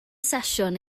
sesiwn